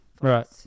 Right